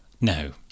No